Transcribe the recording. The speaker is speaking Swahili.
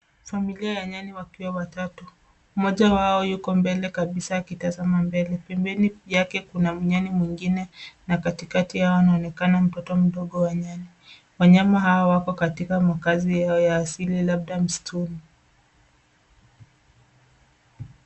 Familia ya nyani wakiwa watatu. Mmoja wao yuko mbele kabisa akitazama mbele. Pembeni yake kuna nyani mwingine na katikati yao anaonekana mtoto mdogo wa nyani. Wanyama hawa wako katika makazi yao ya asili labda msituni.